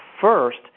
first